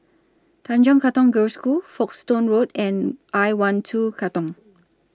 Tanjong Katong Girls' School Folkestone Road and I one two Katong